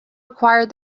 required